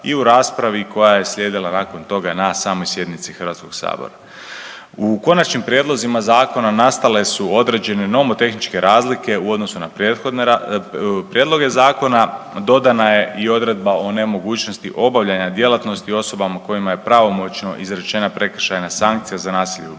i u raspravi koja je slijedila nakon toga na samoj sjednici Hrvatskog sabora. U konačnim prijedlozima zakona nastale su određene nomotehničke razlike u odnosu na prethodne prijedloge zakona, dodana je i odredba o nemogućnosti obavljanja djelatnosti osobama kojima je pravomoćno izrečena prekršajna sankcija za nasilje u